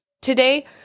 Today